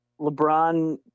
LeBron